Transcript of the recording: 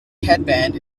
headband